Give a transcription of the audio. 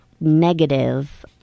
Negative